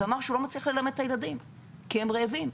ואמר שהוא לא מצליח ללמד את הילדים כי הם רעבים.